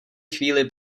chvíli